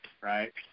right